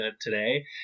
today